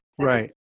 right